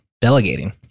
delegating